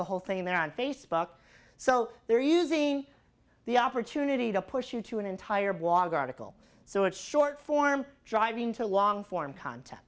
the whole thing they're on facebook so they're using the opportunity to push you to an entire blog article so it's short form driving to long form content